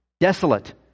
desolate